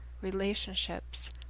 relationships